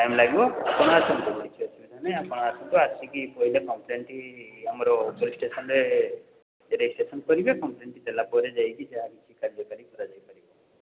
time ଲାଗିବ ଆପଣ ଆସନ୍ତୁ କିଛି ଅସୁବିଧା ନାହିଁ ଆପଣ ଆସନ୍ତୁ ଆସିକି ପହିଲେ କମ୍ପ୍ଲେନ୍ଟି ଆମର ପୋଲିସ୍ ଷ୍ଟେସନ୍ରେ ରେଜିଷ୍ଚ୍ରେସନ୍ କରିବେ କମ୍ପ୍ଲେନ୍ଟି ଦେଲାପରେ ଯାଇକି ଯାହାକିଛି କାର୍ଯ୍ୟକାରୀ କରା ଯାଇପାରିବ